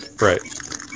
right